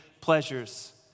pleasures